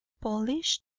polished